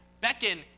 beckon